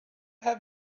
have